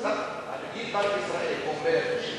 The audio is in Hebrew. נגיד בנק ישראל אומר את זה,